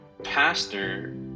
Pastor